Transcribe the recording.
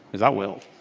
because i will.